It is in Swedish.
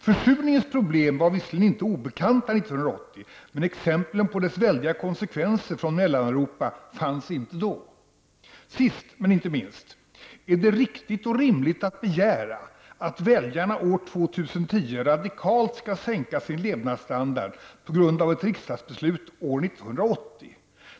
Försurningens problem var visserligen inte obekanta 1980, men exemplen på dess väldiga konsekvenser från Mellaneuropa fanns ej då. Är det riktigt och rimligt att begära att väljarna år 2010 radikalt skall sänka sin levnadsstandard på grund av ett riksdagsbeslut från år 1980?